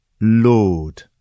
Lord